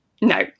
no